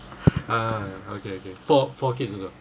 ah okay okay four four kids also